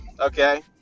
Okay